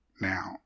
now